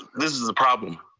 this is the problem.